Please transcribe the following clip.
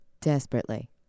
Desperately